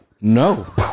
No